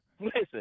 listen